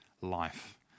life